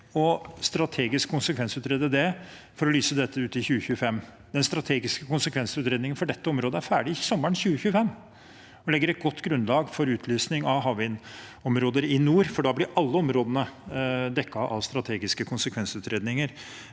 strategisk å konsekvensutrede det for å lyse dette ut i 2025. Den strategiske konsekvensutredningen for dette området er ferdig sommeren 2025 og legger et godt grunnlag for utlysning av havvindområder i nord, for da blir alle områdene dekket av strategiske konsekvensutredninger.